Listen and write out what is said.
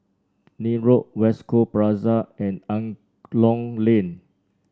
Nim Road West Coast Plaza and Angklong Lane